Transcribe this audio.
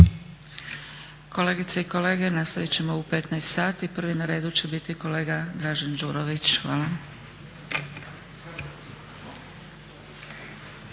Kolegice i kolege, nastavit ćemo u 15,00 sati. Prvi na redu će biti kolega Dražen Đurović. Hvala.